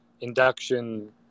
induction